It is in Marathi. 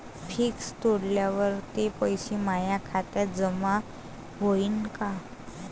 फिक्स तोडल्यावर ते पैसे माया खात्यात जमा होईनं का?